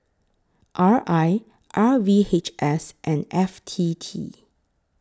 R I R V H S and F T T